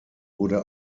wurde